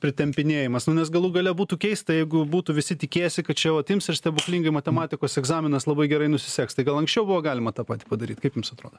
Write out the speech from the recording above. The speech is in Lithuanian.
pritempinėjimas nu nes galų gale būtų keista jeigu būtų visi tikėjęsi kad čia vat ims ir stebuklingai matematikos egzaminas labai gerai nusiseks tai gal anksčiau buvo galima tą patį padaryt kaip jums atrodo